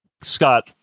Scott